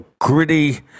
gritty